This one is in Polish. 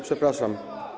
Przepraszam.